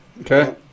okay